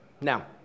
Now